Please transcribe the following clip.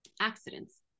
accidents